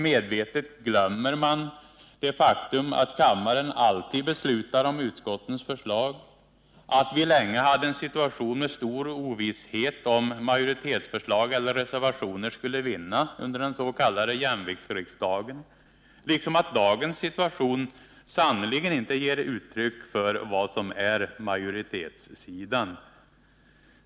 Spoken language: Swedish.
Medvetet ”glömmer” man det faktum att kammaren alltid beslutar om utskottens förslag, att vi länge hade en situation med stor ovisshet om majoritetsförslag eller reservationer skulle vinna under den s.k. jämviktsriksdagen, liksom att dagens situation sannerligen inte ger uttryck för vad som är majoritetssidan.